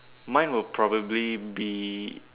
mine would probably be